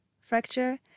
fracture